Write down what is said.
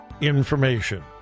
information